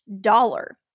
dollar